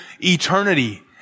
eternity